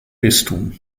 bistum